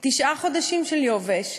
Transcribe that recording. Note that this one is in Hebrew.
תשעה חודשים של יובש,